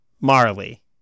Marley